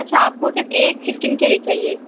اچھا آپ کو صرف ایک ففٹین کے لیے چاہیے